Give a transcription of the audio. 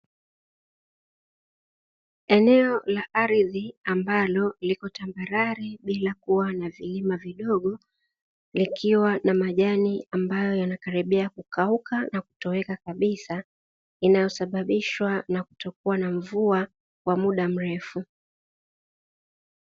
Eneo la ardhi ambalo liko tambarare bila kuwa na vilima vidogo, likiwa na majani ambayo yanakaribia kukauka na kutoweka kabisa, inayosababishwa na kutokuwa na mvua kwa muda mrefu.